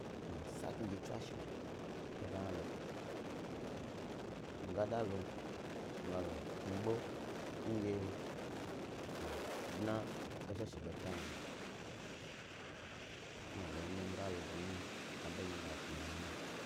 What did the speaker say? Nu galo sa kni gi tswashe eba hna lo, mi ga lo mi ga lo kpmi ɓo ndye a dna tswashe ɓo beta yna ina gani ndye mi ga lo zhi hna a bendye mi ga kpmi ba hna.